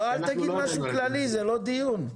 אל תגיד משהו כללי, זה לא דיון.